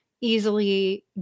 easily